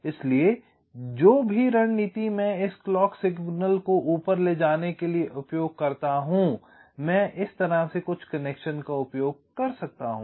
इसलिए जो भी रणनीति मैं इस क्लॉक सिग्नल को ऊपर ले जाने के लिए उपयोग करता हूं मैं इस तरह से कुछ कनेक्शन का उपयोग कर सकता हूं